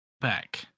back